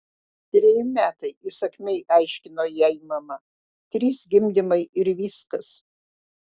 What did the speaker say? treji metai įsakmiai aiškino jai mama trys gimdymai ir viskas